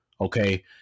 Okay